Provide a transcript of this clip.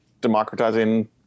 Democratizing